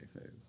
phase